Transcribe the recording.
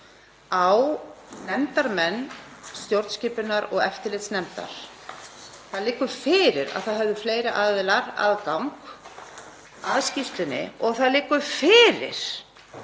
á nefndarmenn stjórnskipunar- og eftirlitsnefndar. Það liggur fyrir að það höfðu fleiri aðilar aðgang að skýrslunni og það liggur fyrir